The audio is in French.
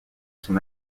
son